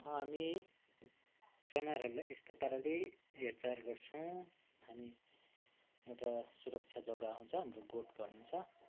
हामी जनावरहरूलाई यस्तो पाराले हेरचार गर्छौँ हामी एउटा सुरक्षा जग्गा हुन्छ हाम्रो गोठ भनिन्छ